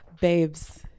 babes